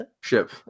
ship